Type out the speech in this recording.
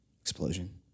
Explosion